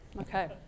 okay